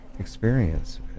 experience